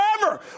forever